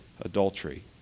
adultery